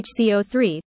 HCO3